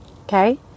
Okay